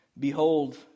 Behold